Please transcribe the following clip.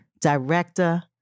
Director